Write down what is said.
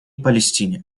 палестине